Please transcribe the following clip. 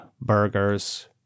burgers